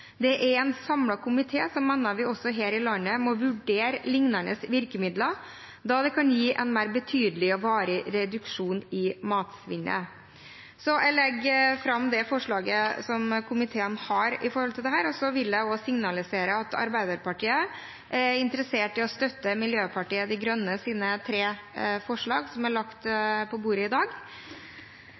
Det er en samlet komité som mener at vi også her i landet må vurdere lignende virkemidler, da det kan gi en mer betydelig og varig reduksjon i matsvinnet. Jeg tilrår innstillingen, og så vil jeg også signalisere at Arbeiderpartiet er interessert i å støtte Miljøpartiet De Grønnes tre forslag som er lagt på bordet i dag.